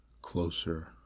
closer